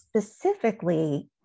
specifically